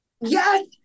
Yes